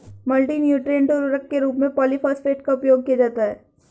multi nutrient उर्वरक के रूप में पॉलिफॉस्फेट का उपयोग किया जाता है